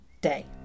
day